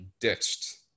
ditched